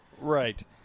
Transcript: Right